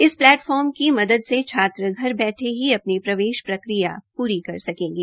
इस प्लेटफार्म की मदद से छात्र घर पर ही अपनी प्रवेश प्रक्रिया पूरी कर सकेंगे